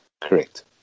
correct